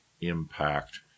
impact